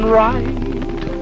right